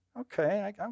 Okay